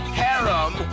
harem